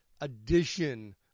edition